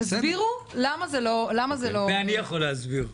את זה אני יכול להסביר.